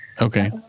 Okay